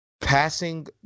passing